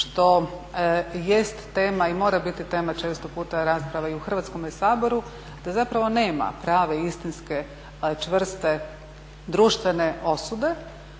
što jest tema i mora biti tema često puta rasprava u Hrvatskome saboru da zapravo nema prave, istinske, čvrste društvene osude.